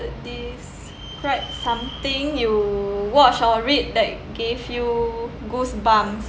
describe something you watch or read that give you goosebumps